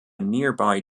nearby